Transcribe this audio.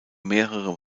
mehrere